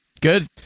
Good